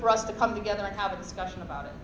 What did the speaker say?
for us to come together and have a discussion about it